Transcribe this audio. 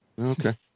Okay